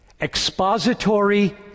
Expository